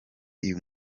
uyu